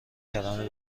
کلمه